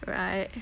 right